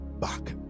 back